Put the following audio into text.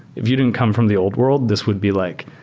if you didn't come from the old world, this would be like,